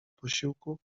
posiłku